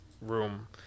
room